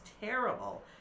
terrible